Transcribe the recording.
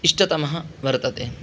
इष्टतमः वर्तते